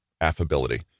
Affability